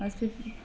हस्पिट